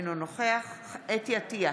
אינו נוכח חוה אתי עטייה,